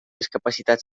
discapacitat